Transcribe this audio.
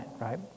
right